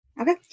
Okay